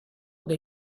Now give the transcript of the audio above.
dei